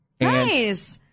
Nice